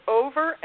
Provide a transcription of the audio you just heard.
over